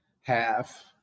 half